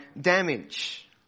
damage